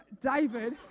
David